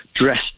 dressed